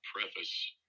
preface